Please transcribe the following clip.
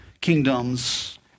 kingdoms